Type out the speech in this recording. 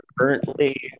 currently